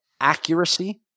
accuracy